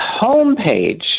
homepage